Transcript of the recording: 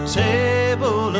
table